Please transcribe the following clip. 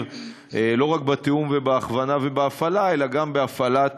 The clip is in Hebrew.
לא רק בתיאום ובהכוונה ובהפעלה אלא גם בהפעלת